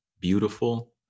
beautiful